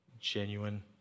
genuine